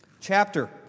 Chapter